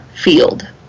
field